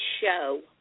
show